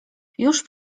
już